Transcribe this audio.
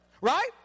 right